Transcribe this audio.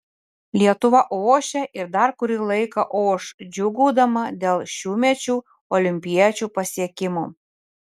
lietuva ošia ir dar kurį laiką oš džiūgaudama dėl šiųmečių olimpiečių pasiekimų